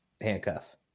handcuff